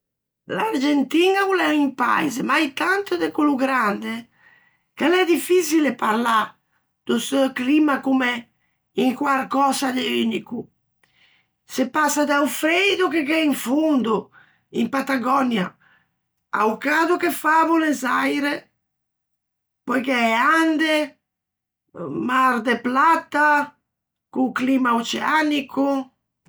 L'Argentiña o l'é un Paise mai tanto de quello grande che l'é diffiçile parlâ do seu climma comme un quarcösa de unico, se passa da-o freido che gh'é in fondo, in Patagònia, a-o cado che fa à Bonnesaire, pöi gh'é e Ande, Mar de Plata co-o climma oceanico.